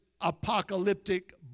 apocalyptic